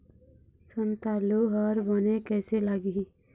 संतालु हर बने कैसे लागिही?